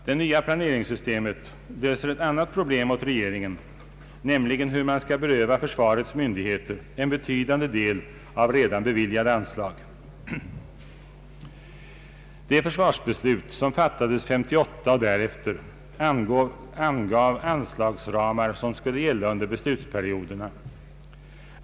Det nya planeringssystemet löser ett annat problem åt regeringen, nämligen hur man skall beröva försvarets myndigheter en betydande del av redan beviljade anslag. De försvarsbeslut, som fattades 1958 och därefter, angav anslagsramar som skulle gälla under beslutsperioderna.